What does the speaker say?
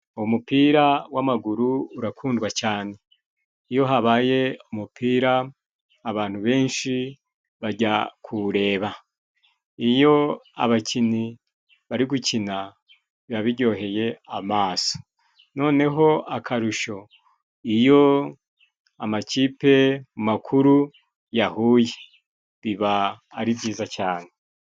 Umupira w'amaguru urakundwa cane, iyo habaye umupira abantu benshi bajya kurewuba. Iyo abakinnyi bari gukina biba bijyoheye amaso noneho akarusho iyo amakipe makuru yahuye biba ari byiza cyane.